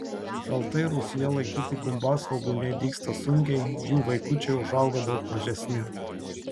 šaltai rūsyje laikyti gumbasvogūniai dygsta sunkiai jų vaikučiai užauga daug mažesni